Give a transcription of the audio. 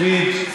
סויד?